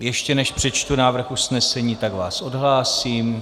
Ještě než přečtu návrh usnesení, tak vás odhlásím.